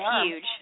huge